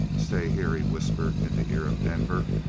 stay here, he whispered in the ear of denver.